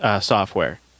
software